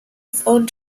phone